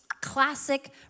classic